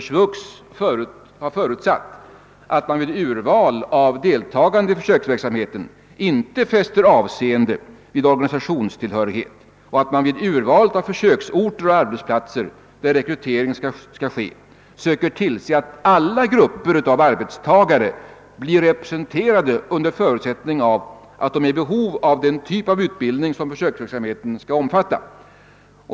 SVUX har förutsatt att man vid urval av deltagande i försöksverksamheten inte fäster avseende vid organisationstillhörighet och att man vid urval av försöksorter och arbetsplatser där rekrytering skall ske försöker tillse att alla grupper av arbetstagare blir representerade under förutsättning att de är i behov av den typ av utbildning som försöksverksamheten skall omfatta.